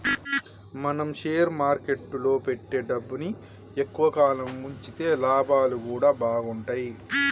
మనం షేర్ మార్కెట్టులో పెట్టే డబ్బుని ఎక్కువ కాలం వుంచితే లాభాలు గూడా బాగుంటయ్